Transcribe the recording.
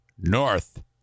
North